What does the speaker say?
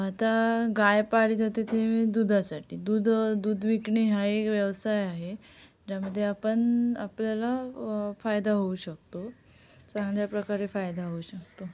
आता गाय पाळली जाते ती म्हणजे दुधासाठी दूध दूध विकणे हा एक व्यवसाय आहे ज्यामध्ये आपण आपल्याला फायदा होऊ शकतो चांगल्या प्रकारे फायदा होऊ शकतो